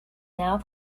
now